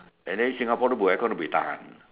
and then Singapore bo aircon buay tahan